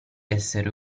essere